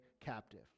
captive